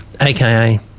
aka